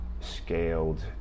scaled